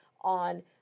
on